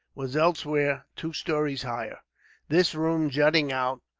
was elsewhere two stories higher this room jutting out,